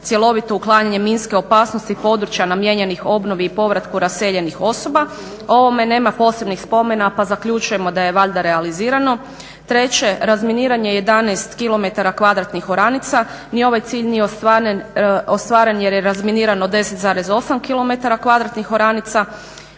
cjelovito uklanjanje minske opasnosti područja namijenjenih obnovi i povratku raseljenih osoba. O ovome nema posebnih spomena pa zaključujemo da je valjda realizirano. Treće, razminiranje 11 km kvadratnih oranica. Ni ovaj cilj nije ostvaren jer je razminirano 10,8 km kvadratnih